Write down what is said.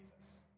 Jesus